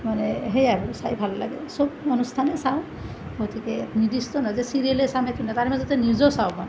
মানে সেয়াই আৰু চাই ভাল লাগে সব অনুষ্ঠানেই চাওঁ গতিকে নিৰ্দিষ্ট নহয় যে চিৰিয়েলেই চাম সেইটো নহয় তাৰে মাজতে নিউজো চাওঁ অকণ